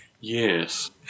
Yes